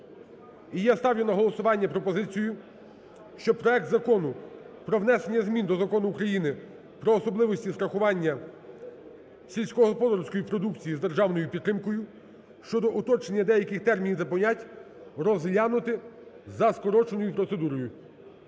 я ставлю на голосування пропозицію, щоб проект Закону про внесення змін до Закону України "Про особливості страхування сільськогосподарської продукції з державною підтримкою" (щодо уточнення деяких термінів та понять) розглянути за скороченою процедурою.